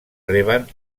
reben